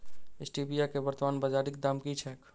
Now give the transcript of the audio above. Stevia केँ वर्तमान बाजारीक दाम की छैक?